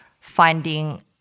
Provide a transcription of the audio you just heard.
finding